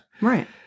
Right